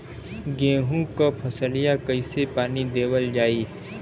गेहूँक फसलिया कईसे पानी देवल जाई?